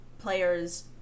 players